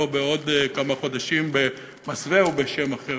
בעוד כמה חודשים במסווה או בשם אחר.